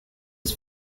his